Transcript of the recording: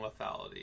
lethality